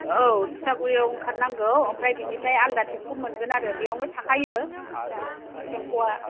औ थिथागुरियाव ओंखारनांगौ ओमफ्राय बेनिफ्राय आलादा टेम्फु मोनगोन आरो बेयावनो थाखायो टेम्फुआ